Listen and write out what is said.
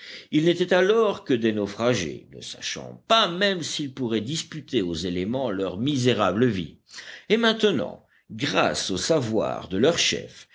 ils n'étaient alors que des naufragés ne sachant pas même s'ils pourraient disputer aux éléments leur misérable vie et maintenant grâce au savoir de leur chef